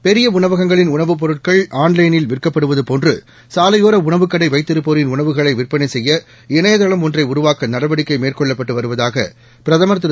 பெரிய உணவகங்களின் உணவுப் பொருட்கள் ஆள்லைனில் விற்கப்படுவது போன்று சாலையோர உணவுக்கடை வைத்திருப்போரின் உணவுகளை விற்பனை செய்ய இணையதளம் ஒன்றை உருவாக்க நடவடிக்கை மேற்கொள்ளப்பட்டு வருவதாக பிரதமர் திரு